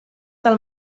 del